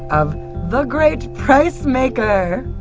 of the great price maker!